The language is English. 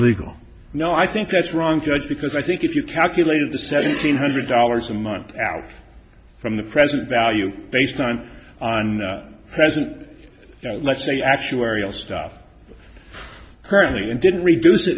legal no i think that's wrong judge because i think if you calculated the seventeen hundred dollars a month out from the present value based on present let's say actuarial stuff currently and didn't reduce